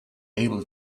able